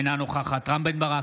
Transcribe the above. אינה נוכחת רם בן ברק,